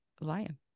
lion